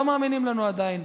לא מאמינים לנו עדיין,